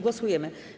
Głosujemy.